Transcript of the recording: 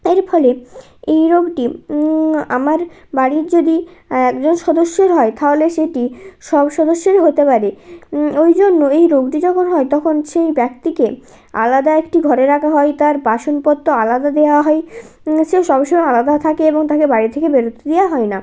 এর ফলে এই রোগটি আমার বাড়ির যদি একজন সদস্যর হয় তাহলে সেটি সব সদস্যের হতে পারে ওই জন্য এই রোগটি যখন হয় তখন সেই ব্যক্তিকে আলাদা একটি ঘরে রাখা হয় তার বাসনপত্ত আলাদা দেয়া হয় সে সব সময় আলাদা থাকে এবং তাকে বাড়ি থেকে বেরোতে দেওয়া হয় না